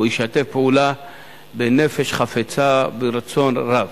הוא ישתף פעולה בנפש חפצה, ברצון רב.